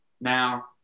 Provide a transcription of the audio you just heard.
Now